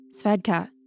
Svedka